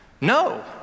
no